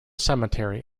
cemetery